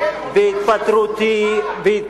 אנחנו דרשנו את החוק הזה בגלל מה שעשו לך.